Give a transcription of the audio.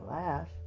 laugh